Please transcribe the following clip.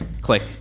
Click